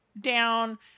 down